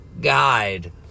guide